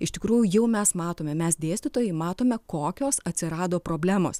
iš tikrųjų jau mes matome mes dėstytojai matome kokios atsirado problemos